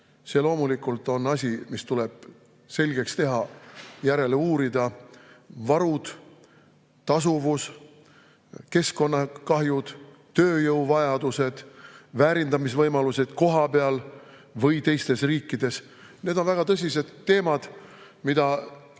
see loomulikult on asi, mis tuleb selgeks teha, järele uurida. Varud, tasuvus, keskkonnakahjud, tööjõuvajadus, väärindamisvõimalused kohapeal või teistes riikides – need on väga tõsised teemad, mida